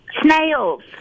Snails